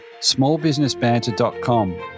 smallbusinessbanter.com